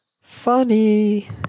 Funny